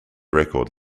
record